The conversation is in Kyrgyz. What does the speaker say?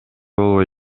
болбой